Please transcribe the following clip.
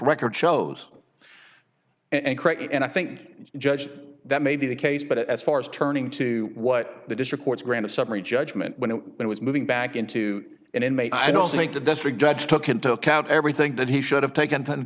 record shows and create and i think judge that may be the case but as far as turning to what the district courts granted summary judgment when it was moving back into an inmate i don't think the district judge took into account everything that he should have taken